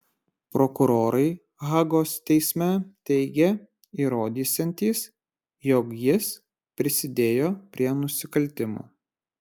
prokurorai hagos teisme teigė įrodysiantys jog jis prisidėjo prie nusikaltimų